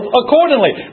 accordingly